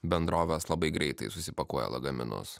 bendrovės labai greitai susipakuoja lagaminus